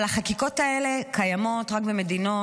אבל החקיקות האלה קיימות רק במדינות